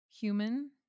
human